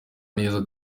neza